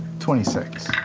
twenty six,